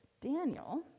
Daniel